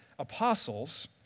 apostles